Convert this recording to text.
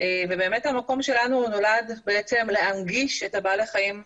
ובאמת המקום שלנו נולד כדי להנגיש את בעלי החיים האלה,